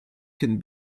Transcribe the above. can